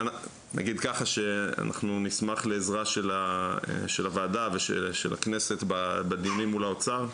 נגיד ככה שאנחנו נשמח לעזרה של הוועדה ושל הכנסת בדיונים מול האוצר,